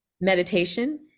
meditation